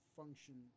function